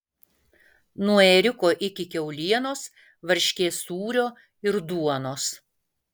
nuo ėriuko iki kiaulienos varškės sūrio ir duonos